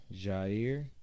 Jair